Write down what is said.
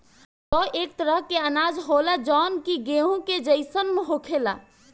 जौ एक तरह के अनाज होला जवन कि गेंहू के जइसन होखेला